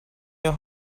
your